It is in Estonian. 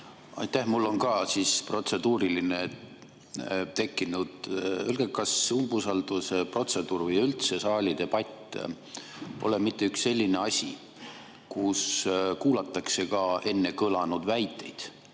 Aitäh! Mul on ka protseduuriline tekkinud. Öelge, kas umbusalduse [avaldamise] protseduur või üldse saalidebatt pole mitte üks selline asi, kus kuulatakse ka enne kõlanud väiteid